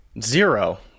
Zero